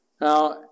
Now